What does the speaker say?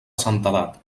santedat